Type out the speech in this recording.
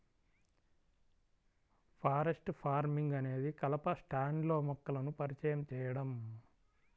forest farming అనేది కలప స్టాండ్లో మొక్కలను పరిచయం చేయడం